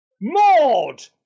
Maud